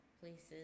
places